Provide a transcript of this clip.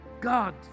God